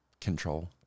control